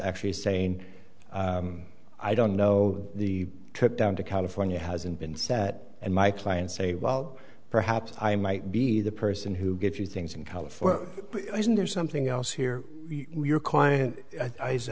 actually saying i don't know the trip down to california hasn't been set and my client say well perhaps i might be the person who gives you things in california isn't there something else here your client